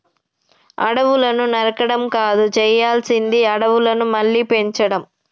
అడవులను నరకడం కాదు చేయాల్సింది అడవులను మళ్ళీ పెంచడం